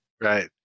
Right